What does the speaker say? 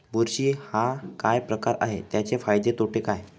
बुरशी हा काय प्रकार आहे, त्याचे फायदे तोटे काय?